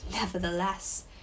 nevertheless